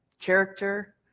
character